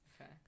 Okay